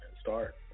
start